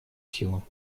силу